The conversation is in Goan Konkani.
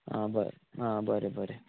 आं बरें आं बरें बरें